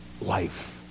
life